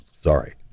sorry